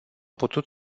putut